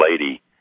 lady